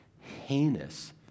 heinous